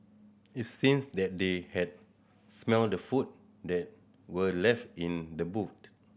it seemed that they had smelt the food that were left in the boot